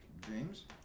James